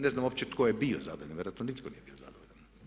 Ne znam uopće tko je bio zadovoljan, vjerojatno nitko nije bio zadovoljan.